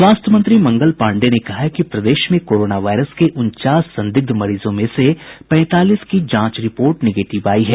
स्वास्थ्य मंत्री मंगल पांडेय ने कहा है कि प्रदेश में कोरोना वायरस के उनचास संदिग्ध मरीजों में से पैंतालीस की जांच रिपोर्ट निगेटिव आयी है